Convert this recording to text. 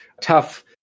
tough